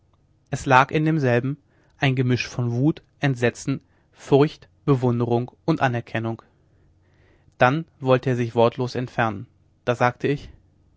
es lag in demselben ein gemisch von wut entsetzen furcht bewunderung und anerkennung dann wollte er sich wortlos entfernen da sagte ich